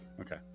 Okay